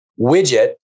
widget